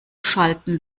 schalten